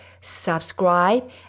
subscribe